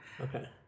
okay